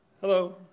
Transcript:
Hello